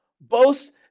Boast